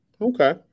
Okay